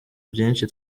byinshi